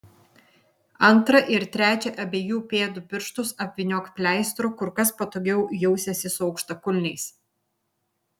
antrą ir trečią abiejų pėdų pirštus apvyniok pleistru kur kas patogiau jausiesi su aukštakulniais